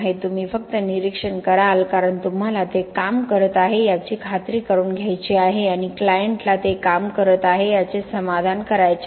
तुम्ही फक्त निरीक्षण कराल कारण तुम्हाला ते काम करत आहे याची खात्री करून घ्यायची आहे आणि क्लायंटला ते काम करत आहे याचे समाधान करायचे आहे